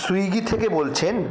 Swiggy থেকে বলছেন